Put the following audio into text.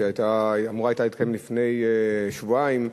שהיתה אמורה להתקיים לפני שבועיים,